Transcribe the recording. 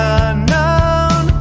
unknown